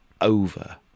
over